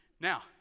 Now